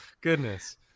Goodness